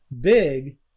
big